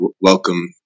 welcome